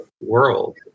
world